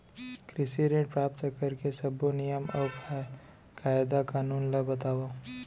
कृषि ऋण प्राप्त करेके सब्बो नियम अऊ कायदे कानून ला बतावव?